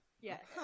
Yes